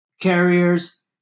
carriers